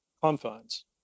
confines